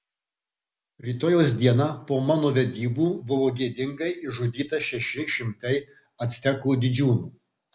rytojaus dieną po mano vedybų buvo gėdingai išžudyta šeši šimtai actekų didžiūnų